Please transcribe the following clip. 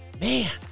man